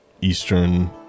Eastern